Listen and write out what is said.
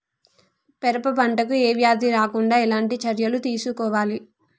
పెరప పంట కు ఏ వ్యాధి రాకుండా ఎలాంటి చర్యలు తీసుకోవాలి?